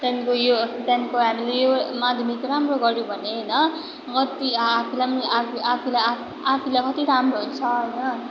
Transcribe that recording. त्यहाँदेखिको यो त्यहाँदेखिको हामीले यो माध्यमिक राम्रो गऱ्यो भने होइन मति आफूलाई आफू आफू आफूलाई मात्रै राम्रो हुन्छ होइन